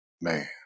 man